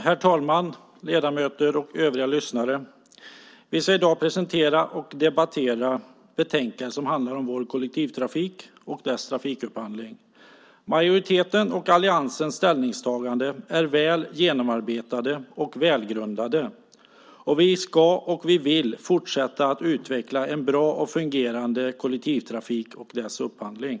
Herr talman! Ledamöter och övriga lyssnare! Vi ska i dag presentera och debattera ett betänkande som handlar om vår kollektivtrafik och dess trafikupphandling. Majoritetens och alliansens ställningstaganden är väl genomarbetade och välgrundade. Vi ska och vill fortsätta att utveckla en bra och fungerande kollektivtrafik och dess upphandling.